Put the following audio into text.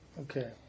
Okay